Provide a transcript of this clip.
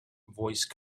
voice